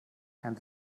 and